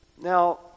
Now